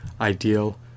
ideal